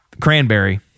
cranberry